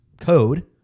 code